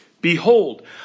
Behold